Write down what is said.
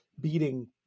beating